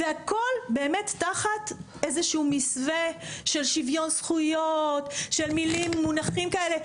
והכל באמת תחת איזה שהוא מסווה של שוויון זכויות של מילים מונחים כאלה.